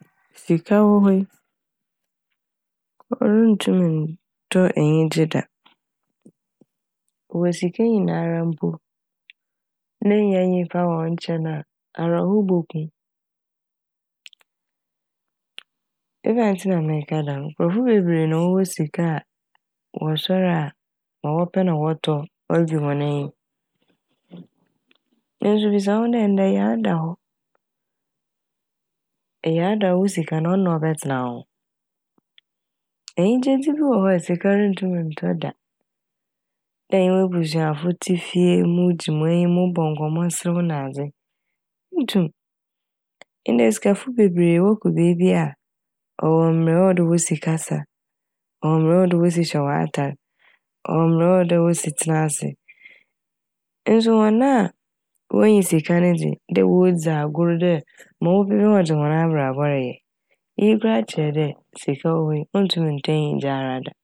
sika wɔ hɔ yi orunntum nntɔ enyigye da. Ewɔ sika nyinara mpo na ennya nyimpa wɔ wo nkyɛn a awerɛhow boku wo. Ebɛnadze ntsi na mereka dɛm no nkorɔfo bebree na wɔwɔ sika a wɔsoɛr a ma wɔpɛ na wɔtɔ wɔgye hɔn enyi. Nso bisa wo ho ndɛ eyar da hɔ eyar da hɔ a wo sika no ɔno na ɔbɛtsena wo ho. Enyigyedze bi wɔ hɔ a sika runntum nntɔ da dɛ ɛnye w'ebusuafo tse fie mogye m'enyi, mobɔ nkɔmmɔ serew nadze nntum. Ndɛ esikafo bebree wɔkɔ beebi a wɔwɔ mbrɛ ɔwɔ dɛ wosi kasa, wɔwɔ mbrɛ ɔwɔ dɛ wosi hyɛ wɔ atar, wɔwɔ mbrɛ ɔwɔ dɛ wosi tsena ase nso hɔn a wonnyi sika ne dze dɛ wodzi agor dɛ ma wɔpɛ biara wɔdze hɔn abrabɔ reyɛ. Iyi koraa mpo kyerɛ dɛ sika wɔ hɔ yi onntum nntɔ enyigye ara da a.